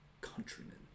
countrymen